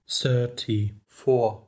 thirty-four